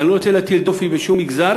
ואני לא רוצה להטיל דופי בשום מגזר